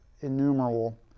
innumerable